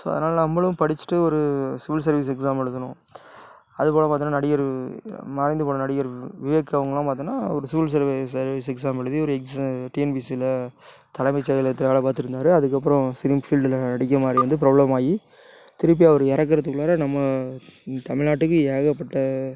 so அதனால் நாம்மளும் படிச்சுட்டு ஒரு சிவில் சர்வீஸ் எக்ஸாம் எழுதணும் அது போக பார்த்தோம்னா நடிகர் மறைந்து போன நடிகர் விவேக் அவங்கள்லாம் பார்த்தோம்னா ஒரு சிவில் சர்வீஸ் எக்ஸாம் எழுதி ஒரு டிஎன்பிசியில் தலைமை செயலகத்தில் வேலை பாத்துகிட்ருந்தாரு அதுக்கப்றம் சினிஃபீல்டில் நடிக்க மாதிரி வந்து பிரபலம் ஆகி திருப்பி அவர் இறக்குறதுக்குள்ளாற நம்ம தமிழ் நாட்டுக்கு ஏகப்பட்ட